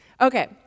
Okay